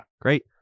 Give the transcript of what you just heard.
Great